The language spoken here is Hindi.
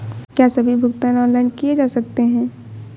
क्या सभी भुगतान ऑनलाइन किए जा सकते हैं?